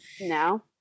No